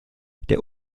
der